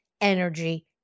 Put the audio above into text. energy